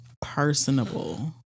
personable